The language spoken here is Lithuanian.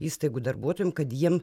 įstaigų darbuotojam kad jiem